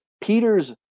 Peter's